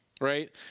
right